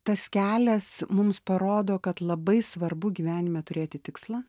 tas kelias mums parodo kad labai svarbu gyvenime turėti tikslą